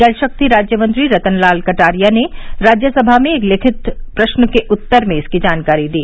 जलशक्ति राज्य मंत्री रतनलाल कटारिया ने राज्यसभा में एक लिखित प्रश्न के उत्तर में इसकी जानकारी दी